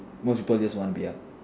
most people just want to be a